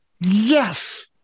yes